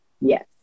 Yes